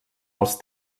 els